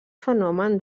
fenomen